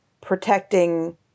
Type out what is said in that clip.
protecting